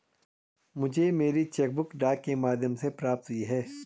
मुझे मेरी cheque book डाक के माध्यम से प्राप्त हुई है